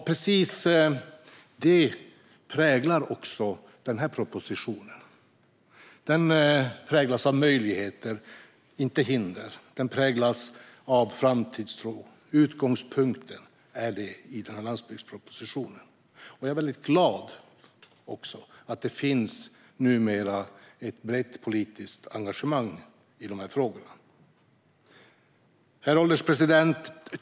Precis det präglar också den här propositionen. Den präglas av möjligheter, inte hinder. Den präglas av framtidstro. Det är utgångspunkten i denna landsbygdsproposition. Jag är väldigt glad över att det numera finns ett brett politiskt engagemang i dessa frågor. Herr ålderspresident!